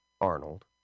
Arnold